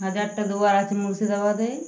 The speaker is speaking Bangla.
হাজারটা দুয়ার আছে মুর্শিদাবাদে